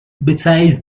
besides